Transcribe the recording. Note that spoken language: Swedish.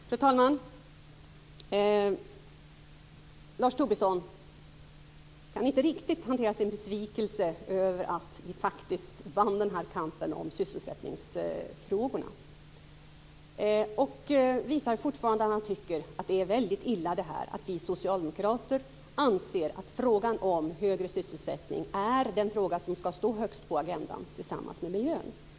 Fru talman! Lars Tobisson kan inte riktigt hantera sin besvikelse över att vi faktiskt vann kampen om sysselsättningsfrågorna. Han visar fortfarande att han tycker att det är väldigt illa att vi socialdemokrater anser att frågan om högre sysselsättning, tillsammans med miljöfrågan, är den som skall stå högst på agendan.